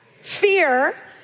Fear